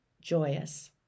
joyous